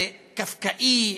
זה קפקאי,